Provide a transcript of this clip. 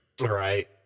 Right